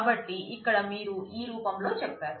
కాబట్టి ఇక్కడ మీరు ఈ రూపంలో చెప్పారు